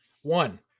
One